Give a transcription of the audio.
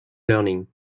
learning